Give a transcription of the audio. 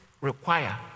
require